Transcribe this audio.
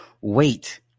wait